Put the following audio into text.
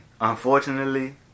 unfortunately